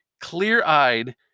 clear-eyed